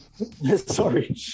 sorry